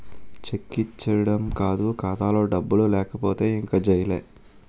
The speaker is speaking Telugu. చెక్ ఇచ్చీడం కాదు ఖాతాలో డబ్బులు లేకపోతే ఇంక జైలే